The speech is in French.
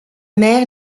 mère